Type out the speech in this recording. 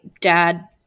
dad